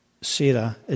Sarah